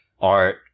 art